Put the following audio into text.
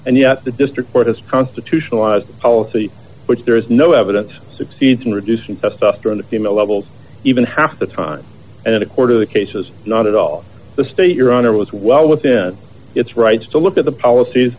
and yet the district court is constitutional law policy which there is no evidence succeeds in reducing testosterone the female levels even half the time and a quarter of the cases not at all the state your honor was well within its rights to look at the policies